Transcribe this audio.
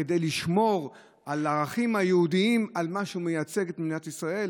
כדי לשמור על הערכים היהודיים ועל מה שמייצג את מדינת ישראל.